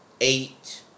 eight